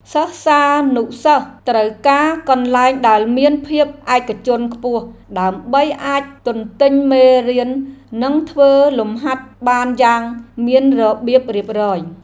សិស្សានុសិស្សត្រូវការកន្លែងដែលមានភាពឯកជនខ្ពស់ដើម្បីអាចទន្ទិញមេរៀននិងធ្វើលំហាត់បានយ៉ាងមានរបៀបរៀបរយ។